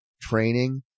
training